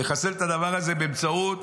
נחסל את הדבר הזה באמצעות,